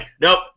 nope